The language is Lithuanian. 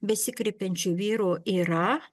besikreipiančių vyrų yra